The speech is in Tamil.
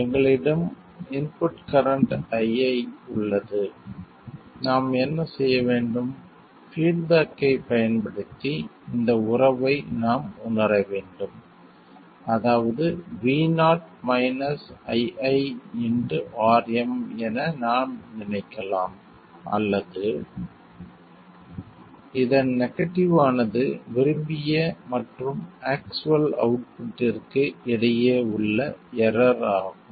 எங்களிடம் இன்புட் கரண்ட் ii உள்ளது நாம் என்ன செய்ய வேண்டும் நெகடிவ் பீட் பேக் ஐப் பயன்படுத்தி இந்த உறவை நாம் உணர வேண்டும் அதாவது vo iiRm என நாம் நினைக்கலாம் அல்லது இதன் நெகடிவ் ஆனது விரும்பிய மற்றும் ஆக்சுவல் அவுட்புட்டிற்கு இடையே உள்ள எரர் பிழை ஆகும்